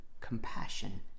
compassion